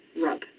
rub